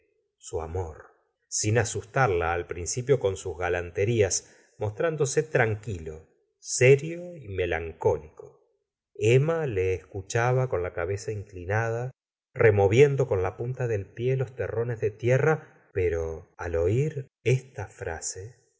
su amor sin asustarla al principio con sus galanterías mostrándose tranquilo serio y melancólico emma le escuchaba con la cabeza inclinada removiendo con la punta del pie los terrones de tierra pero al oír esta frase